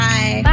Bye